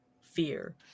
fear